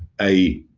a,